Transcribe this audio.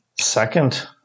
second